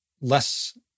less